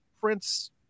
Prince